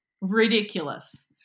ridiculous